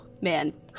man